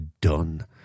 done